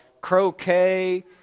croquet